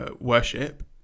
worship